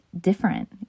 different